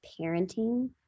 parenting